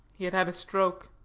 he had had a stroke.